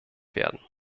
werden